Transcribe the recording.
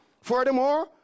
Furthermore